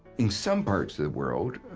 in some parts of the world,